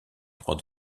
droit